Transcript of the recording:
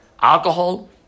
Alcohol